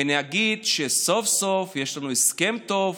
ונגיד שסוף-סוף יש לנו הסכם טוב: